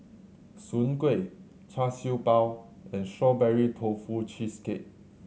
Soon Kuih Char Siew Bao and Strawberry Tofu Cheesecake